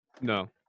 No